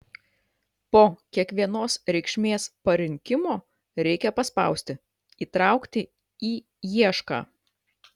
po kiekvienos reikšmės parinkimo reikia paspausti įtraukti į iešką